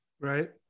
right